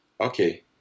Okay